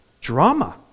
Drama